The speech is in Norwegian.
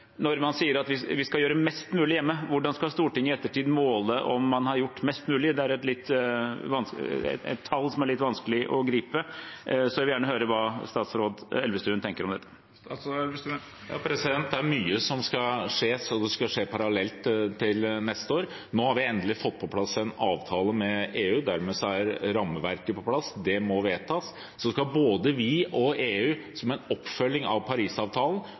Når man sier at vi skal gjøre mest mulig hjemme, hvordan skal Stortinget i ettertid måle om man har gjort mest mulig? Det er et tall som er litt vanskelig å gripe, så jeg vil gjerne høre hva statsråden Elvestuen tenker om dette. Det er mye som skal skje, og det skal skje parallelt neste år. Nå har vi endelig fått på plass en avtale med EU. Dermed er rammeverket på plass. Det må vedtas. Så skal både vi og EU som en oppfølging av Parisavtalen